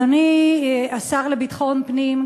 אדוני השר לביטחון פנים,